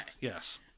Yes